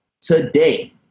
today